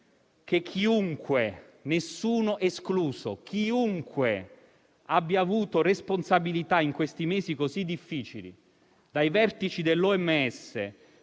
che chiunque, nessuno escluso, abbia avuto responsabilità in questi mesi così difficili, dai vertici dell'OMS